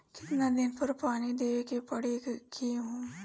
कितना दिन पर पानी देवे के पड़ी गहु में?